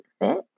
fit